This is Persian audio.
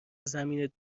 زمین